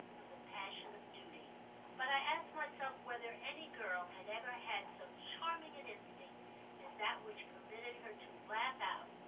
of the passion of duty but i asked myself whether any girl had ever had so charming an instinct as that which permitted her to laugh out,